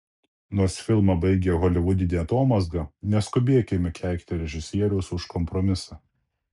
nors filmą baigia holivudinė atomazga neskubėkime keikti režisieriaus už kompromisą